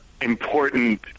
important